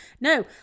No